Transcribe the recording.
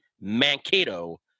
Mankato